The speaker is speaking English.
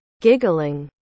Giggling